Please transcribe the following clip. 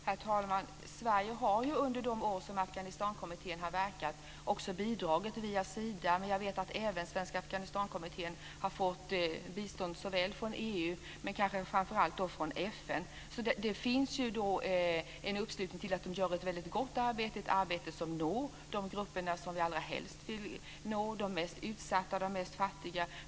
Herr talman! Sverige har ju under de år som Afghanistankommittén har verkat också bidragit via Sida. Jag vet att Svenska Afghanistankommittén även har fått bistånd såväl från EU som från FN. Det finns en uppslutning kring att de gör ett väldigt gott arbete - ett arbete som når de grupper som vi allrahelst vill nå, dvs. de mest utsatta och de mest fattiga.